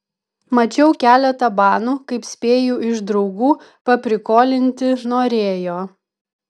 mačiau keletą banų kaip spėju iš draugų paprikolinti norėjo